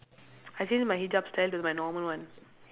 I change my hijab style to my normal one